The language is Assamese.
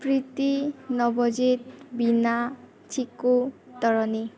প্ৰীতি নৱজিত বিনা চিকু তৰণী